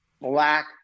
black